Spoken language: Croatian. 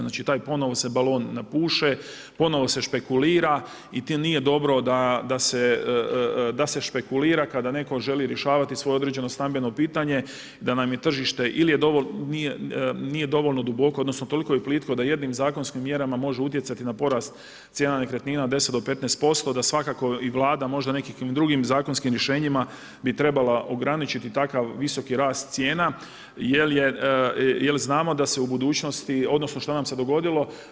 Znači taj ponovo se balon napuše, ponovo se špekulira i nije dobro da se špekulira kada netko želi rješavati svoje određeno stambeno pitanje, da tržište nije dovoljno duboko, odnosno toliko je plitko da jednim zakonskim mjerama može utjecati na porast cijena nekretnina 120 do 15%, da svakako i Vlada možda nekakvim drugim zakonskim rješenjima bi trebala ograničiti takav visoki rast cijena jer znamo da se u budućnosti, odnosno što nam se dogodilo?